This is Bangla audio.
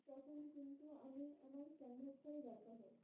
তখন কিন্তু আমি আমার ক্যানভাসটাই দরকার হয়